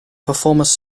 performers